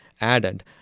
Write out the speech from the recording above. added